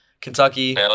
Kentucky